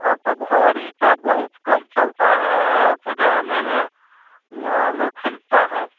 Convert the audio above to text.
अब तो भरी का बहुत कम चलता है अब तो ग्रामे में न लोग खरीदता है